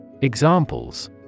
Examples